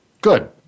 Good